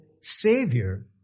savior